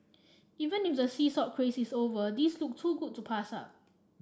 even if the sea salt craze is over these look too good to pass up